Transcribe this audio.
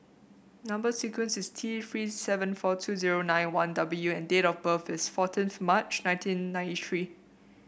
number sequence is T Three seven four two zero nine one W and date of birth is fourteenth March nineteen ninety three